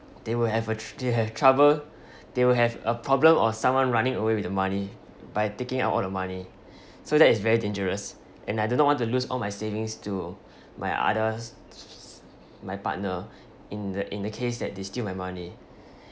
they will have a tr~ they'll have trouble they will have a problem of someone running away with the money by taking out all the money so that is very dangerous and I do not want to lose all my savings to my others my partner in the in the case that they steal my money